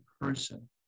person